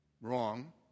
Wrong